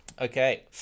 Okay